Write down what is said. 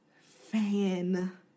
fan